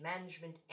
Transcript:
management